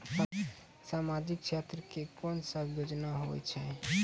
समाजिक क्षेत्र के कोन सब योजना होय छै?